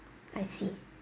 I see